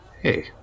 hey